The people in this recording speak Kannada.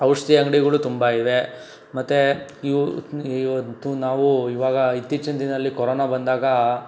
ಔಷಧಿ ಅಂಗಡಿಗಳು ತುಂಬ ಇವೆ ಮತ್ತೆ ಇವತ್ತು ನಾವು ಇವಾಗ ಇತ್ತೀಚಿನ ದಿನಲ್ಲಿ ಕರೋನಾ ಬಂದಾಗ